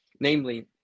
namely